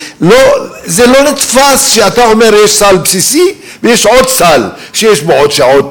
זה לא נתפס שאתה אומר שיש סל בסיסי ויש עוד סל שיש בו עוד שעות